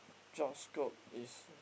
job scope is